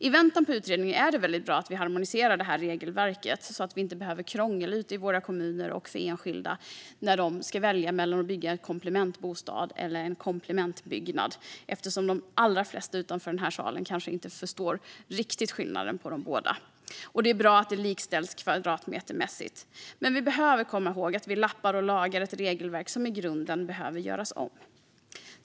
I väntan på utredningen är det bra att vi harmoniserar regelverket så att vi inte krånglar till det ute i våra kommuner för enskilda som ska välja mellan att bygga en komplementsbostad och en komplementbyggnad, eftersom de allra flesta utanför denna sal kanske inte riktigt förstår skillnaden mellan dessa båda. Det är bra att de likställs kvadratmetermässigt, men vi behöver komma ihåg att vi lappar och lagar ett regelverk som i grunden behöver göras om.